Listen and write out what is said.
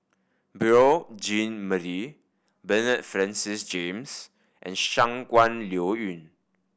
Beurel Jean Marie Bernard Francis James and Shangguan Liuyun